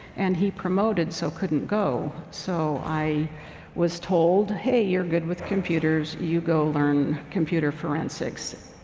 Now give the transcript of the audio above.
and he promoted, so couldn't go. so i was told, hey, you're good with computers, you go learn computer forensics.